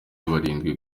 barindwi